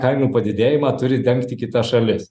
kainų padidėjimą turi dengti kita šalis